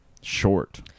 short